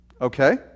okay